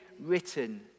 written